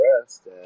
rest